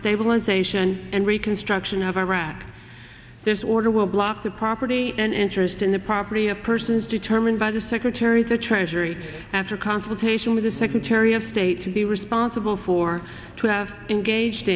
stabilization and reconstruction of iraq this order will block the property and interest in the property of persons determined by the secretary of the treasury after consultation with the secretary of state to be responsible for to have engaged